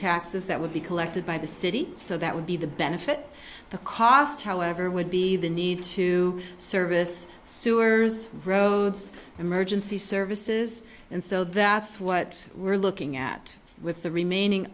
taxes that would be collected by the city so that would be the benefit the cost however would be the need to service sewers roads emergency services and so that's what we're looking at with the remaining